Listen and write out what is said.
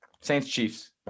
Saints-Chiefs